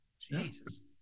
Jesus